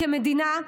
כמדינה,